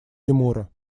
тимура